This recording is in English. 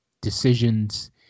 decisions